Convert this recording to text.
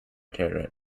tarot